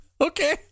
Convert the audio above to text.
Okay